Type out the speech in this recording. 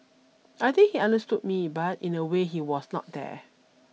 I think he understood me but in a way he was not there